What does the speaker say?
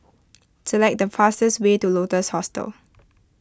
select the fastest way to Lotus Hostel